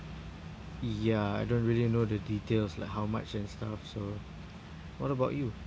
ya I don't really know the details like how much and stuff so what about you